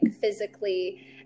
physically